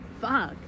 Fuck